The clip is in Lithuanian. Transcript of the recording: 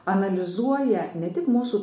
analizuoja ne tik mūsų